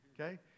okay